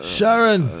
Sharon